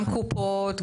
גם קופות,